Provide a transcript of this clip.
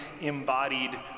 embodied